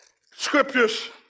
scriptures